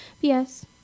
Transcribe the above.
yes